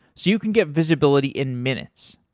so you can get visibility in minutes.